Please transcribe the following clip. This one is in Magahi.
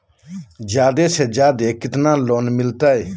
जादे से जादे कितना लोन मिलते?